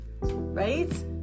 right